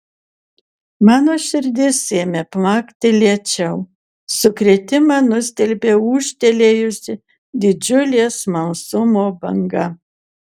mano širdis ėmė plakti lėčiau sukrėtimą nustelbė ūžtelėjusi didžiulė smalsumo banga